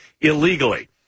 illegally